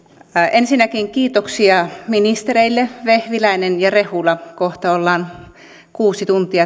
ensinnäkin kiitoksia ministereille vehviläinen ja rehula kohta ollaan kuusi tuntia